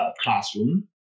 classroom